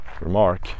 remark